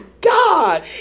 God